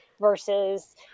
versus